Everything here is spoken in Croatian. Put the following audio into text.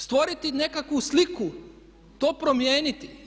Stvoriti nekakvu sliku, to promijeniti.